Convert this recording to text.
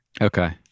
Okay